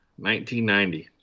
1990